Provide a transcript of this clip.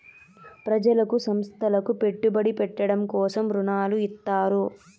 ప్రజలకు సంస్థలకు పెట్టుబడి పెట్టడం కోసం రుణాలు ఇత్తారు